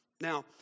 Now